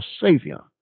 Savior